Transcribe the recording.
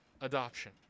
adoption